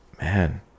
man